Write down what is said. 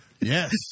Yes